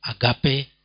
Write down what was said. agape